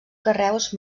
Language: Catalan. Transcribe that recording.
carreus